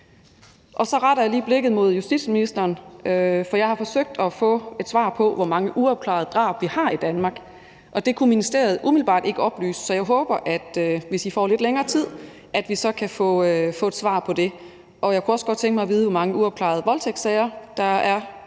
Så retter jeg lige blikket mod justitsministeren, for jeg har forsøgt at få et svar på, hvor mange uafklarede drab vi har i Danmark, og det kunne ministeriet umiddelbart ikke oplyse. Så jeg håber, hvis I får lidt længere tid, at vi så kan få et svar på det. Og jeg kunne også godt tænke mig at vide, hvor mange uopklarede voldtægtssager der er,